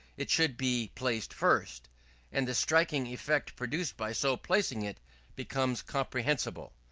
it should be placed first and the striking effect produced by so placing it becomes comprehensible.